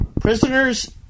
Prisoners